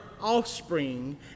offspring